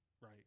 right